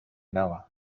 nava